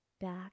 back